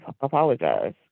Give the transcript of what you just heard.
apologize